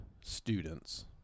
students